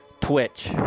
Twitch